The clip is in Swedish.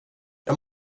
jag